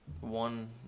one